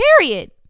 Period